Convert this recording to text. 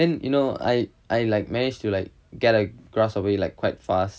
then you know I I like managed to like get a grasp of it like quite fast